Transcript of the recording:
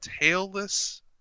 tailless